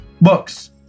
books